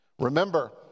Remember